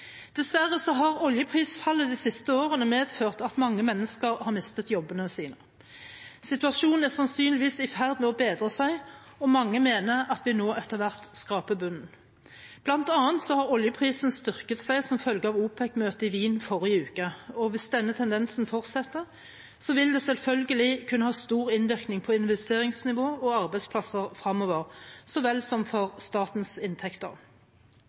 Dessverre har oljeprisfallet de siste årene medført at mange mennesker har mistet jobbene sine. Men stuasjonen er sannsynligvis i ferd med å bedre seg, og mange mener at vi nå etter hvert skraper bunnen. Blant annet er oljeprisen styrket som følge av OPEC-møtet i Wien forrige uke. Hvis denne tendensen fortsetter, vil det selvfølgelig kunne ha stor innvirkning på investeringsnivå og arbeidsplasser fremover – så vel som for statens inntekter.